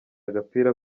agapira